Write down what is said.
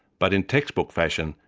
but in textbook fashion,